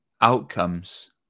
outcomes